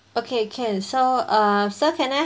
okay can so err so can I